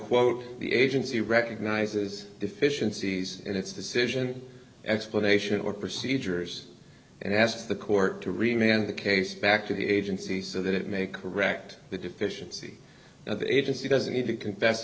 quote the agency recognizes deficiencies in its decision explanation or procedures and asks the court to remain on the case back to the agency so that it may correct the deficiency of the agency doesn't need to confess